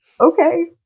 okay